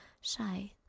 shy